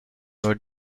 would